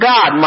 God